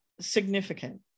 significant